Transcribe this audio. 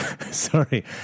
Sorry